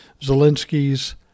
Zelensky's